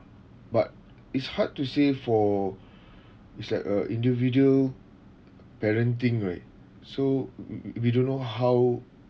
but it's hard to say for is like a individual parenting right so w~ we don't know how